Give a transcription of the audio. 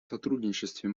сотрудничестве